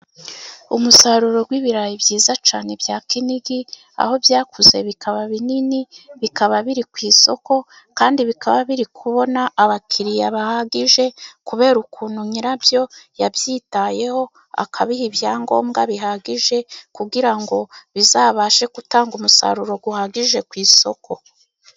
Umusaruro w'ibirayi byiza cyane bya Kinigi, aho byakuze bikaba binini bikaba biri ku isoko, kandi bikaba biri kubona abakiriya bahagije kubera ukuntu nyirabyo yabyitayeho, akabiha ibyangombwa bihagije kugira ngo bizabashe gutanga umusaruro uhagije ku isoko.